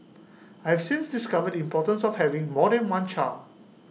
I have since discovered the importance of having more than one child